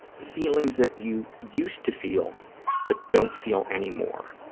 feelings that you used to feel but don't feel anymore,